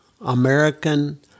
American